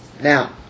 Now